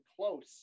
close